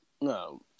No